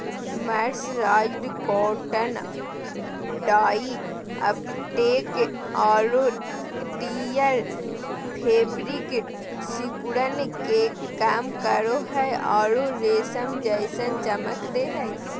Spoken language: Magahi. मर्सराइज्ड कॉटन डाई अपटेक आरो टियर फेब्रिक सिकुड़न के कम करो हई आरो रेशम जैसन चमक दे हई